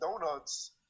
donuts